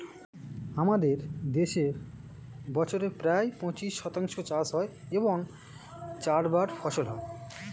আমাদের দেশে বছরে প্রায় পঁচিশ শতাংশ চাষ হয় এবং চারবার ফসল হয়